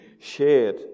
shared